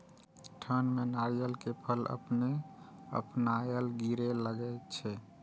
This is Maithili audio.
ठंड में नारियल के फल अपने अपनायल गिरे लगए छे?